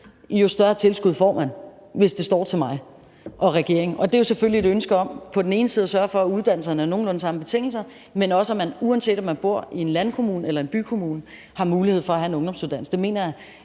jo større tilskud får man, hvis det står til mig og regeringen. Det er selvfølgelig et ønske om på den ene side at sørge for, at uddannelserne er på nogenlunde de samme betingelser, og på den anden side, at man, uanset om man bor i en landkommune eller en bykommune, har mulighed for at have en ungdomsuddannelse. Det mener jeg